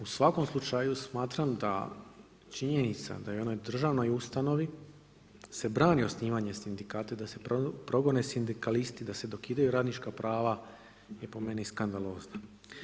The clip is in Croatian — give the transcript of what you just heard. U svakom slučaju, smatram da činjenica da je u državnoj ustanovi se brani osnivanje sindikata i da se progone sindikalisti, da se dokidaju radnička prava je po meni skandalozno.